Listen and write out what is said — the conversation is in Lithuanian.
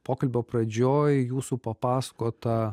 pokalbio pradžioj jūsų papasakotą